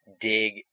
dig